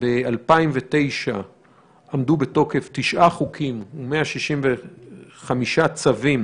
ב-2009 עמדו בתוקף 9 חוקים ו-165 צווים